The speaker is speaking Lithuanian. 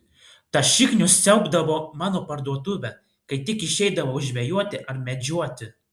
tas šiknius siaubdavo mano parduotuvę kai tik išeidavau žvejoti ar medžioti